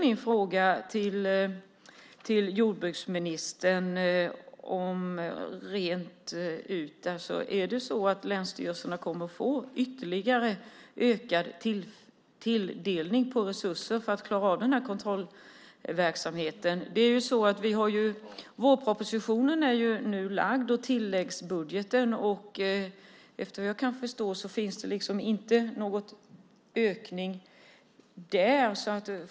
Min fråga till jordbruksministern är därför: Kommer länsstyrelserna att få ytterligare ökad tilldelning av resurser för att klara av kontrollverksamheten? Vårpropositionen och tilläggsbudgeten är ju framlagda, och efter vad jag kan förstå finns det inte någon ökning där.